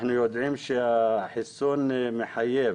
אנחנו יודעים שהחיסון מחייב